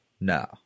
no